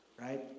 Right